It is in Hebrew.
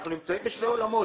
אנחנו נמצאים בשני עולמות.